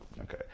Okay